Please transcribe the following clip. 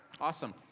awesome